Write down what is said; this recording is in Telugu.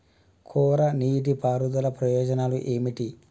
కోరా నీటి పారుదల ప్రయోజనాలు ఏమిటి?